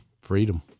Freedom